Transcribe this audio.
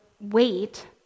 wait